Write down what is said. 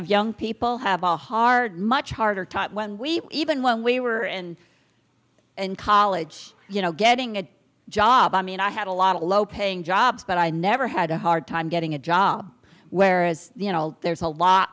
of young people have a hard much harder time when we even when we were and in college you know getting a job i mean i had a lot of low paying jobs but i never had a hard time getting a job where you know there's a lot